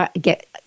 get